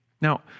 Now